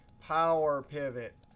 power pivot,